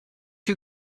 you